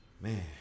man